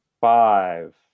Five